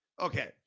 okay